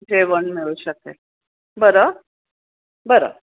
जेवण मिळू शकेल बरं बरं